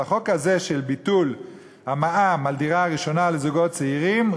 אבל החוק הזה של ביטול המע"מ על דירה ראשונה לזוגות צעירים,